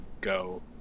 go